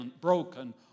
broken